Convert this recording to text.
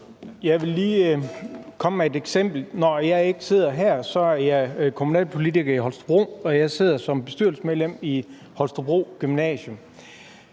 Jeg vil lige komme med et eksempel. Når jeg ikke sidder her, er jeg kommunalpolitiker i Holstebro, og jeg sidder som bestyrelsesmedlem på Holstebro Gymnasium.